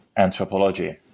Anthropology